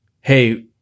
Hey